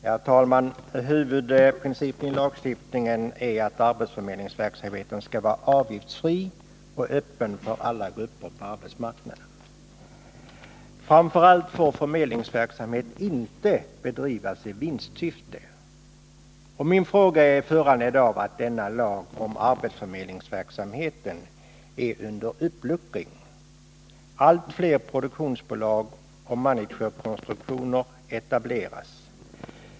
Herr talman! Huvudprincipen i lagstiftningen är att arbetsförmedlingsverksamheten skall vara avgiftsfri och öppen för alla grupper på arbetsmarknaden. Framför allt får förmedlingsverksamheten inte bedrivas i vinstsyfte. Min fråga är föranledd av att denna lag om arbetsförmedlingsverksamheten är under uppluckring. Allt fler produktionsbolag och managerkonstruktioner etableras.